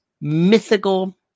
mythical